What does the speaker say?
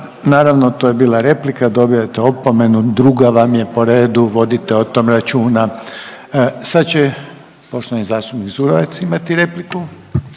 naravno to je bila replika, dobijate opomenu, druga vam je po redu vodite o tom računa. Sad će poštovani zastupnika Zurovec imati repliku.